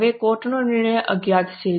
હવે કોર્ટનો નિર્ણય અજ્ઞાત છે